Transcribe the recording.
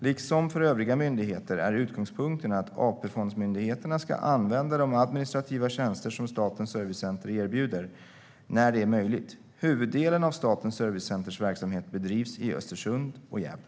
Liksom för övriga myndigheter är utgångspunkten att AP-fondsmyndigheterna ska använda de administrativa tjänster som Statens servicecenter erbjuder när det är möjligt. Huvuddelen av Statens servicecenters verksamhet bedrivs i Östersund och Gävle.